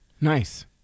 Nice